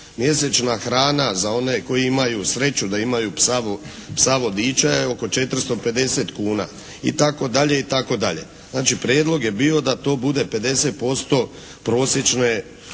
Mjesečna hrana za one koji imaju sreću da imaju psa vodiča je oko 450 kuna itd. itd. Znači, prijedlog je bio da to bude 50% prosječne plaće